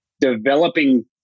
developing